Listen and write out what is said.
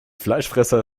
fleischfresser